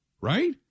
right